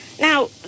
Now